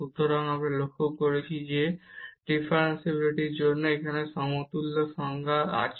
সুতরাং আমরা এখন লক্ষ্য করেছি যে ডিফারেনশিবিলিটির জন্য আমাদের এখানে সমতুল্য সংজ্ঞা আছে